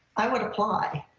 i would apply.